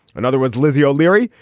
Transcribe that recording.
another was lizzie o'leary.